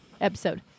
episode